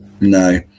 No